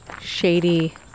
shady